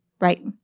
right